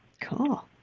Cool